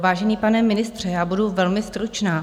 Vážený pane ministře, já budu velmi stručná.